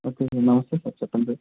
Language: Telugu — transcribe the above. ఓకే సార్ నమస్తే సార్ చెప్పండి సార్